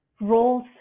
roles